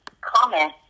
comment